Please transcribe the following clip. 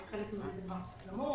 חלק מהם כבר גמורים,